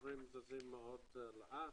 דברים זזים לאט.